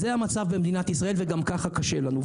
זה המצב במדינת ישראל, וגם ככה קשה לנו.